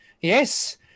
Yes